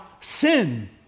Sin